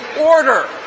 order